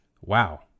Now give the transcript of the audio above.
wow